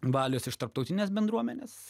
valios iš tarptautinės bendruomenės